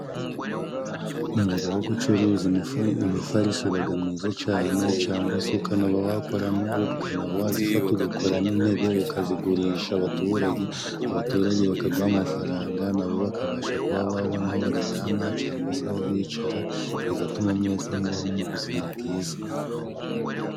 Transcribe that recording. Umwuga wo gucuruza imifari imifariso ubaga mwiza cane, cangwa se ukanaba wakoramo, ukanaba wazifata ugakoramo intebe, ukazigurisha abaturage. Abaturage bakaguha amafaranga nabo bakabasha kuba babona aho baryama, cangwa se aho bicara bigatuma mwese mubaho mu buzima bwiza.